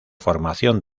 formación